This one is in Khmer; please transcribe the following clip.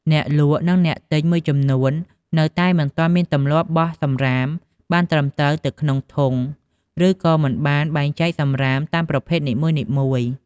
អ្នកលក់ និងអ្នកទិញមួយចំនួននៅតែមិនទាន់មានទម្លាប់បោះសំរាមបានត្រឹមត្រូវទៅក្នុងធុង ឬក៏មិនបានបែងចែកសំរាមតាមប្រភេទនីមួយៗ។